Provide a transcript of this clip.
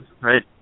right